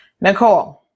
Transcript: Nicole